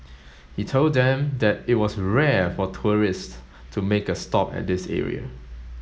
he told them that it was rare for tourists to make a stop at this area